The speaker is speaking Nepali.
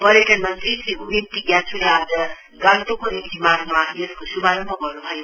पर्यटन मन्त्री श्री उगेन टी ग्याछोले आज गान्तोकको एमजी मार्गमा यसको श्भारम्भ गर्नुभयो